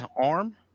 arm